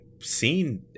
seen